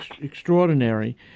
extraordinary